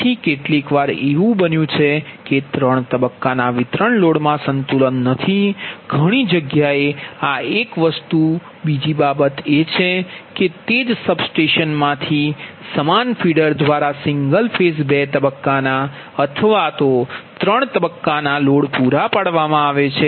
તેથી કેટલીકવાર એવું બન્યું કે ત્રણ તબક્કાના વિતરણ લોડ માં સંતુલન નથી ઘણી જગ્યાએ આ એક વસ્તુ બીજી બાબત છે કે તે જ સબસ્ટેશનમાંથી સમાન ફીડર દ્વારા સિંગલ ફેઝ 2 તબક્કા ના અથવા 3 તબક્કા ના લોડ પૂરા પાડવામાં આવે છે